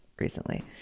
recently